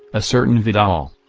a certain vidal.